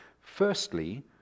Firstly